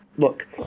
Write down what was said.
Look